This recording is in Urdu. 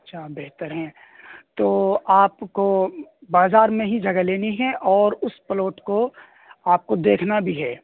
اچھا بہتر ہیں تو آپ کو بازار میں ہی جگہ لینی ہے اور اس پلاٹ کو آپ کو دیکھنا بھی ہے